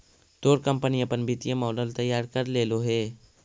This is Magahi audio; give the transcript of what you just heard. तोर कंपनी अपन वित्तीय मॉडल तैयार कर लेलो हे?